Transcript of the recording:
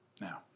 Now